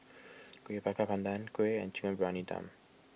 Kueh Bakar Pandan Kuih and Chicken Briyani Dum